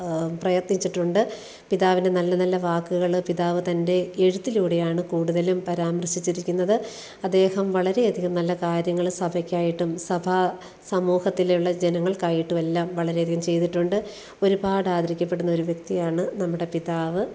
പ്രയത്നിച്ചിട്ടുണ്ട് പിതാവിന് നല്ല നല്ല വാക്കുകൾ പിതാവ് തൻ്റെ എഴുത്തിലൂടെയാണ് കൂടുതലും പരാമർശിച്ചിരിക്കുന്നത് അദ്ദേഹം വളരെയധികം നല്ല കാര്യങ്ങൾ സഭയ്ക്കായിട്ടും സഭ സമൂഹത്തിലുള്ള ജനങ്ങൾക്കായിട്ടും എല്ലാം വളരെയധികം ചെയ്തിട്ടുണ്ട് ഒരുപാട് ആദരിക്കപ്പെടുന്ന ഒരു വ്യക്തിയാണ് നമ്മുടെ പിതാവ്